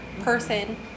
person